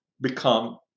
become